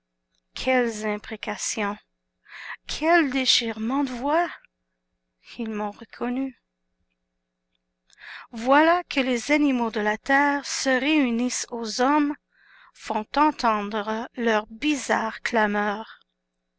quelles imprécations quels déchirements de voix ils m'ont reconnu voilà que les animaux de la terre se réunissent aux hommes font entendre leurs bizarres clameurs